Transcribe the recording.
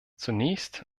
zunächst